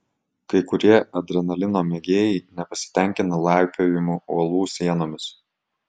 kai kurie adrenalino mėgėjai nepasitenkina laipiojimu uolų sienomis